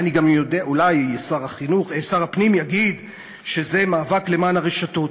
אולי שר הפנים יגיד שזה מאבק למען הרשתות,